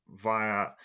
via